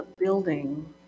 building